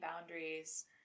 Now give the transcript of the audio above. boundaries